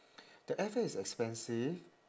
the airfare is expensive